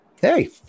Hey